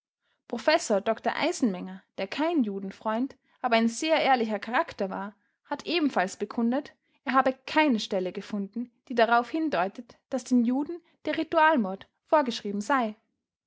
professor dr eisenmenger der kein judenfreund aber ein sehr ehrlicher charakter war hat ebenfalls bekundet er habe keine stelle gefunden die darauf hindeute daß den juden der ritualmord vorgeschrieben sei